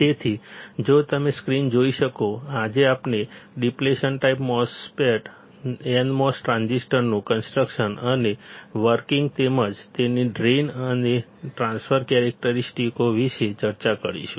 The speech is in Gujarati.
તેથી જો તમે સ્ક્રીન જોઈ શકશો આજે આપણે ડીપ્લેશન ટાઈપ nmos ટ્રાન્ઝિસ્ટરનું કન્સ્ટ્રકશન અને વર્કિંગ તેમજ તેની ડ્રેઇન અને ટ્રાન્સફર લાક્ષણિકતાઓ વિશે ચર્ચા કરીશું